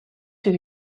his